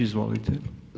Izvolite.